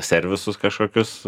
servisus kažkokius